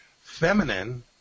feminine